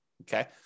okay